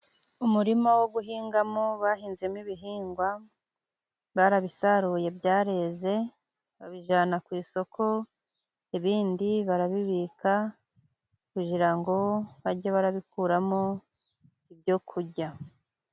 Umurima wo guhingamo bahinzemo ibihingwa. Barabisaruye byareze babijyana ku isoko, ibindi barabibika kugira ngo bajye babikuramo ibyo kurya.